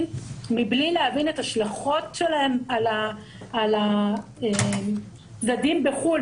מבלי להבין את ההשלכות שלהם על הצדדים בחו"ל,